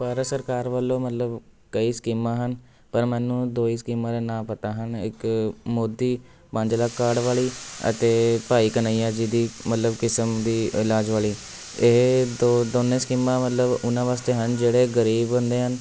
ਭਾਰਤ ਸਰਕਾਰ ਵੱਲੋਂ ਮਤਲਬ ਕਈ ਸਕੀਮਾਂ ਹਨ ਪਰ ਮੈਨੂੰ ਦੋ ਹੀ ਸਕੀਮਾਂ ਦਾ ਨਾਂ ਪਤਾ ਹਨ ਇੱਕ ਮੋਦੀ ਪੰਜ ਲੱਖ ਕਾਰਡ ਵਾਲੀ ਅਤੇ ਭਾਈ ਘਨ੍ਹੱਈਆ ਜੀ ਦੀ ਮਤਲਬ ਕਿਸਮ ਦੀ ਇਲਾਜ ਵਾਲੀ ਇਹ ਦੋ ਦੋਨੇਂ ਸਕੀਮਾਂ ਮਤਲਬ ਉਹਨਾਂ ਵਾਸਤੇ ਹਨ ਜਿਹੜੇ ਗ਼ਰੀਬ ਹੁੰਦੇ ਹਨ